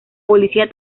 policía